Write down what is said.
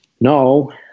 no